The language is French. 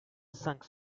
cinq